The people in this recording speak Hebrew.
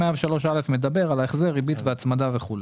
103א מדבר על ההחזר, ריבית והצמדה וכולי.